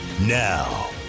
Now